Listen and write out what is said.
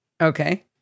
Okay